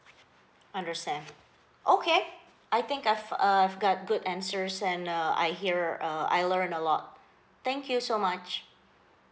understand okay I think I've uh I've got good answers and uh I hear uh I learn a lot thank you so much